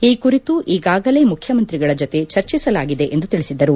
ಈ ಕುರಿತು ಈಗಾಗಲೇ ಮುಖ್ಯಮಂತ್ರಿಗಳ ಜತೆ ಚರ್ಚಿಸಲಾಗಿದೆ ಎಂದು ತಿಳಿಸಿದರು